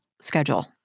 schedule